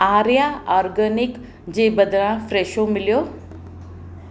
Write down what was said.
Arya organic जे बदिरां फ्रेशो मिलियो